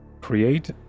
create